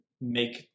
make